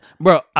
Bro